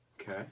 Okay